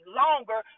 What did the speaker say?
longer